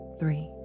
three